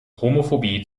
homophobie